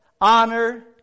honor